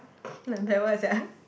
like bad word sia